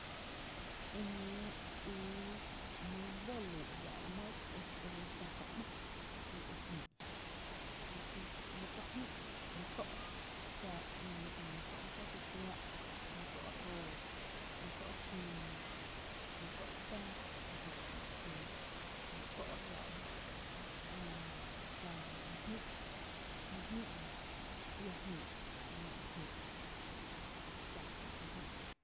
Eñóo ii my bolüü’ re fáá’ra my e dsal xa mý ´mo e e e jïï’ xa, la ku my tó jïï’ my tó’ xa ñóo Íi mý tó’, my tó’ tii kuⱥ’, mý tó’ roo, my tó, chino, mý tó’ tⱥⱥ, e jö e xin mý tó’ re fáá’ra jö, jää xa mý jïï kö’ mý jïí’ nɇ, iá jïi’ nɇ, e nɇ e Jïï’ e xa kä je jnáá.